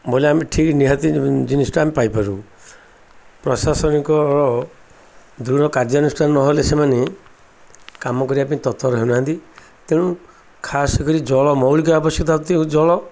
ବୋଇଲେ ଆମେ ଠିକ୍ ନିହାତି ଜିନିଷଟା ଆମେ ପାଇପାରିବୁ ପ୍ରଶାସନିକ ଦୃଢ କାର୍ଯ୍ୟାନୁଷ୍ଠାନ ନହେଲେ ସେମାନେ କାମ କରିବା ପାଇଁ ତରତର ହେଉ ନାହାନ୍ତି ତେଣୁ ଖାସ କରି ଜଳ ମୌଳିକ ଆବଶ୍ୟକତା ଅତି ଜଳ